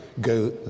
go